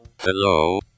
Hello